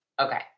Okay